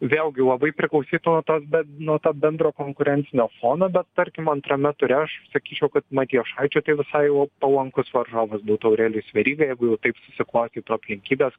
vėlgi labai priklausytų nuo to be nuo to bendro konkurencinio fono bet tarkim antrame ture aš sakyčiau kad matijošaičiui tai visai jau palankus varžovas būtų aurelijus veryga jeigu jau taip susiklostytų aplinkybės